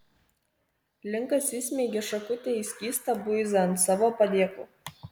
linkas įsmeigė šakutę į skystą buizą ant savo padėklo